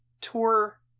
tour